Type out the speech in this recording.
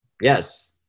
Yes